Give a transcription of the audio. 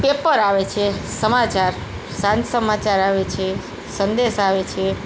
paper આવે છે સમાચાર સાંજ સમાચાર આવે છે સંદેશ આવે છે